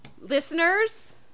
Listeners